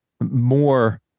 more